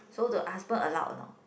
so the husband allow or not